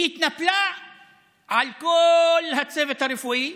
היא התנפלה על כל הצוות הרפואי,